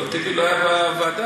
לא, אבל,